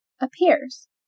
appears